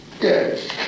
Yes